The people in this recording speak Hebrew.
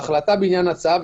החלטה בעניין הצו,